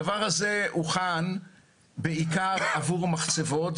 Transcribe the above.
הדבר הזה הוכן בעיקר עבור מחצבות,